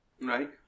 Right